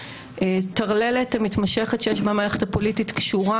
הטרללת המתמשכת שיש במערכת הפוליטית קשורה